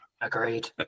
Agreed